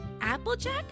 Applejack